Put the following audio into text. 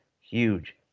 huge